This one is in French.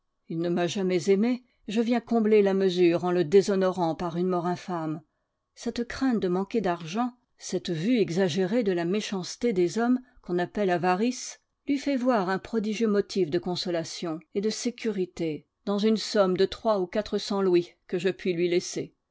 il ne m'a jamais aimé je viens combler la mesure en le déshonorant par une mort infâme cette crainte de manquer d'argent cette vue exagérée de la méchanceté des hommes qu'on appelle avarice lui fait voir un prodigieux motif de consolation et de sécurité dans une somme de trois ou quatre cents louis que je puis lui laisser